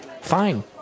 fine